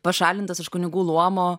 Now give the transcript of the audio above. pašalintas iš kunigų luomo